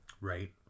Right